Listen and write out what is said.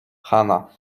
chana